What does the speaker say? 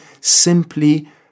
simply